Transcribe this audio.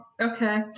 Okay